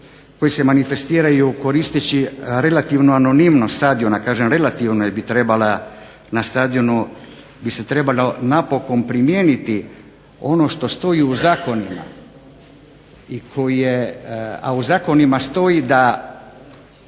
koji se manifestiraju koristeći relativnu anonimnost stadiona. Kažem relativno jer bi trebala na stadionu bi se trebalo napokon primijeniti ono što stoji u zakonima, a u zakonima stoji da